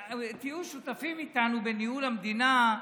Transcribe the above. תהיו שותפים איתנו בניהול המדינה,